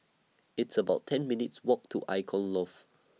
It's about ten minutes' Walk to Icon Loft